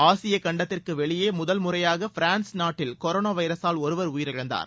ஆசிய கண்டத்திற்கு வெளியே முதல் முறையாக பிரான்ஸ் நாட்டில் கொரோனா வைரஸால் ஒருவர் உயிரிழந்தார்